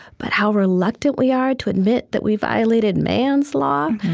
but how reluctant we are to admit that we've violated man's law?